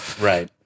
Right